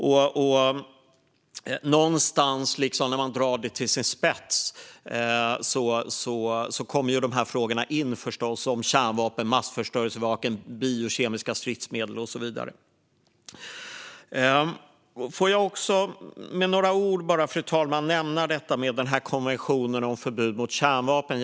När man drar det till sin spets kommer någonstans frågorna om kärnvapen, massförstörelsevapen, biokemiska stridsmedel och så vidare förstås in. Fru talman! Låt mig med några ord nämna konventionen om förbud mot kärnvapen.